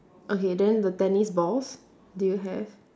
okay then the tennis balls do you have